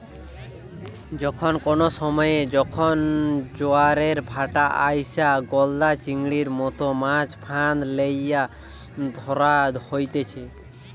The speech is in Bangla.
যে কোনো সময়ে যখন জোয়ারের ভাঁটা আইসে, গলদা চিংড়ির মতো মাছ ফাঁদ লিয়ে ধরা হতিছে